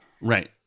Right